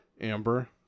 amber